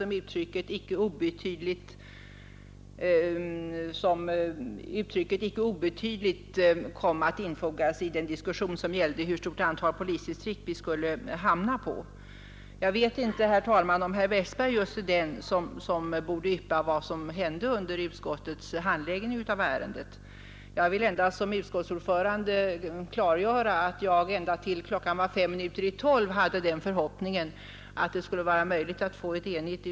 försämrad service. Jag kämpade mycket hårt i utskottet för att få in detta i skrivningen, men det var omöjligt att få det.